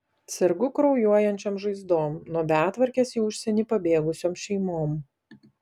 sergu kraujuojančiom žaizdom nuo betvarkės į užsienį pabėgusiom šeimom